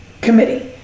Committee